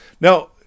Now